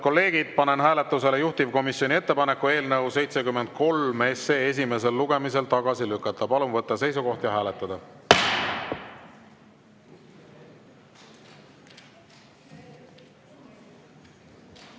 kolleegid, panen hääletusele juhtivkomisjoni ettepaneku eelnõu 73 esimesel lugemisel tagasi lükata. Palun võtta seisukoht ja hääletada!